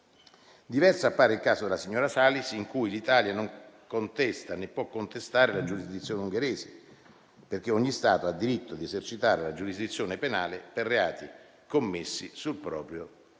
Diverso appare il caso della signora Salis, in cui l'Italia non contesta, né può contestare la giurisdizione ungherese, perché ogni Stato ha diritto di esercitare la giurisdizione penale per reati commessi sul proprio